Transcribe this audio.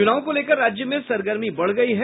चुनाव को लेकर राज्य में सरगर्मी बढ़ गयी है